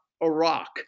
Iraq